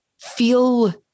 feel